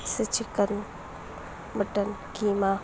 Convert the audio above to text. سے chicken mutton قیمہ